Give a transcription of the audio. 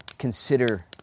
consider